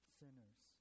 sinners